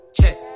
Check